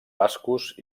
bascos